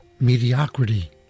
mediocrity